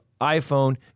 iPhone